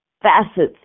Facets